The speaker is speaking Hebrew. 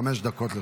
חמש דקות לרשותך.